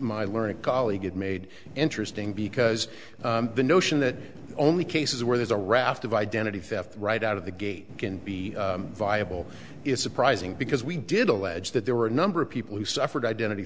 my learned colleague it made interesting because the notion that only cases where there's a raft of identity theft right out of the gate can be viable is surprising because we did allege that there were a number of people who suffered identity